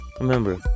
Remember